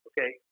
okay